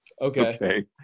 Okay